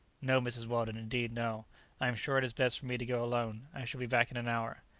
no, mrs. weldon, indeed, no i am sure it is best for me to go alone i shall be back in an hour.